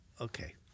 okay